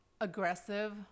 aggressive